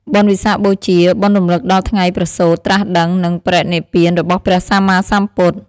បុណ្យវិសាខបូជា បុណ្យរំលឹកដល់ថ្ងៃប្រសូត ត្រាស់ដឹង និងបរិនិព្វានរបស់ព្រះសម្មាសម្ពុទ្ធ។